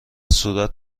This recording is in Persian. صورت